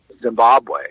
Zimbabwe